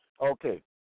Okay